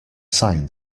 sign